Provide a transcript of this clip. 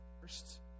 first